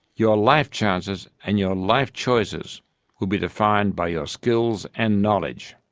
your life chances and your life choices will be defined by your skills and knowledge.